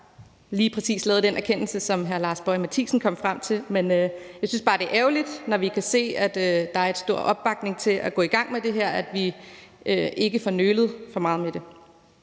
lige præcis lavede den erkendelse, som hr. Lars Boje Mathiesen kom frem til. Men jeg synes bare, det er ærgerligt, hvis vi, når vi kan se, at der er stor opbakning til at gå i gang med det her, nøler for meget med det.